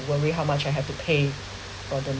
worry how much I have to pay for the